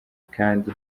kandi